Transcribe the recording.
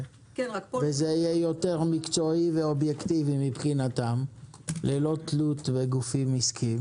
והבדיקה תהינה יותר מקצועית ואובייקטיבית מבחינתה ללא תלות בגופים עסקיים